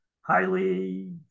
highly